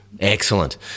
Excellent